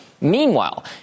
Meanwhile